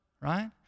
Right